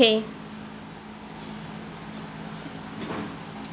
K